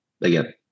again